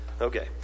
okay